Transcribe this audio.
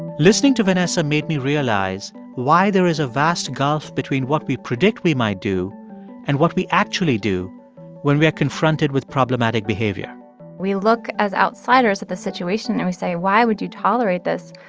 listening to vanessa made me realize why there is a vast gulf between what we predict we might do and what we actually do when we are confronted with problematic behavior we look, as outsiders, at the situation and we say, why would you tolerate this?